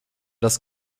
das